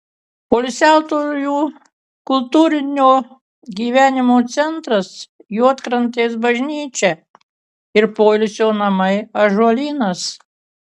poilsiautojų kultūrinio gyvenimo centras juodkrantės bažnyčia ir poilsio namai ąžuolynas